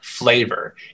flavor